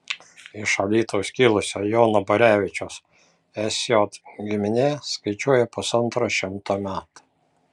iš alytaus kilusio jono borevičiaus sj giminė skaičiuoja pusantro šimto metų